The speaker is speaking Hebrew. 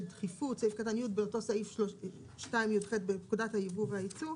באותו סעיף 2י"ח בפקודת הייבוא והייצוא,